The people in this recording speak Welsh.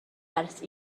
ers